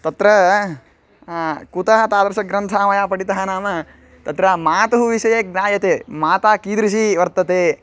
तत्र कुतः तादृशग्रन्थः मया पठितः नाम तत्र मातुः विषये ज्ञायते माता कीदृशी वर्तते